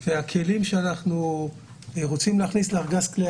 של הכלים שאנחנו רוצים להכניס לארגז כלי